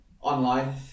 Online